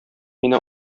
мине